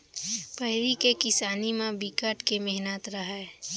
पहिली के किसानी म बिकट के मेहनत रहय